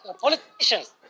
Politicians